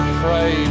pray